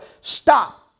Stop